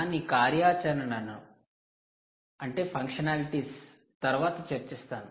దాని కార్యాచరణలను తరువాత చర్చిస్తాను